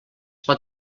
pot